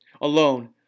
alone